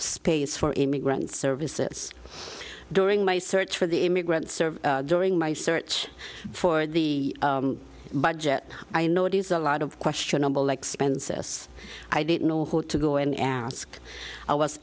space for immigrant services during my search for the immigrants during my search for the budget i know it is a lot of questionable expenses i didn't know who to go and ask i was